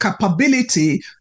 capability